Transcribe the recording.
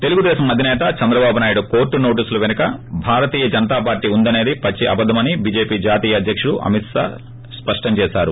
తెలుగుదేశం అధిసేత చంద్రబాబు నాయుడు కోర్టు నోటీసులు పెనుక భారతీయ జనతా పార్టీ ఉందనేది పచ్చి అబద్దం అని బీజేపీ జాతీయ అధ్యకుడు అమిత్ షా స్పష్టం చేశారు